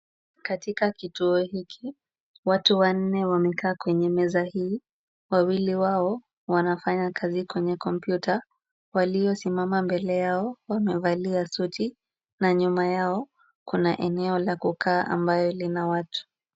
Katika kituo hiki, watu wanne wamekaa kwenye meza hii, wawili wao wanafanya kazi kwenye kompyuta, waliosimama mbele yao wamevalia suti na nyuma yao kuna eneo la kukaa ambayo lina watu.